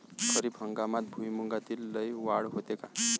खरीप हंगामात भुईमूगात लई वाढ होते का?